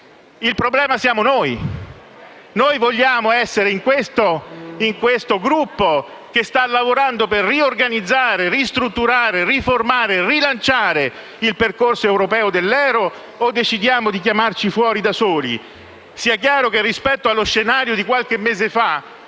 Il problema siamo noi: vogliamo essere in questo gruppo, che sta lavorando per riorganizzare, ristrutturare, riformare e rilanciare il percorso europeo dell'euro, o decidiamo di chiamarci fuori da soli? Sia chiaro che, rispetto a qualche mese fa,